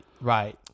right